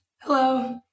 Hello